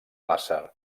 làser